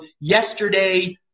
Yesterday